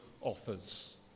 offers